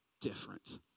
different